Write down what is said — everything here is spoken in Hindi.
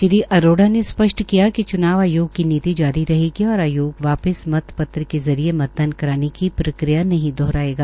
श्री अरोड़ा ने स्पष्ट किया कि च्नाव आयोग की नीति जारी रहेगी और आयोग वापिस मतपत्र के जरिये मतदान कराने की प्रक्रिया नहीं दोहरायेंगा